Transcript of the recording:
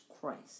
Christ